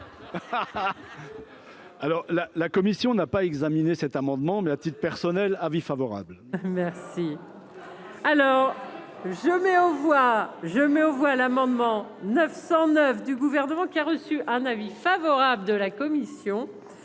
Alors la, la commission n'a pas examiné cet amendement mais à titre personnel : avis favorable. Merci, alors je mets aux voix je mets aux voix l'amendement 909 du gouvernement qui a reçu un avis favorable de la commission.